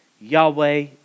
Yahweh